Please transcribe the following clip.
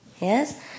Yes